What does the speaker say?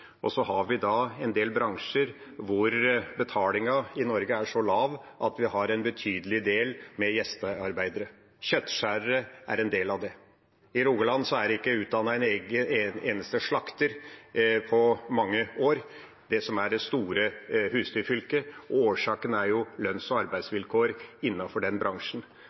og vi har en del bransjer hvor betalingen i Norge er så lav at det er en betydelig del gjestearbeidere. Kjøttskjærere er en del av dem. I Rogaland, det store husdyrfylket, er det ikke blitt utdannet en eneste slakter på mange år. Årsaken er lønns- og arbeidsvilkårene i denne bransjen. Det trengs altså en opprustning av betalingen. Det ligger til partene, men mitt spørsmål gikk på dette: Er det